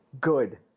Good